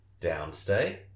downstay